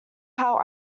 how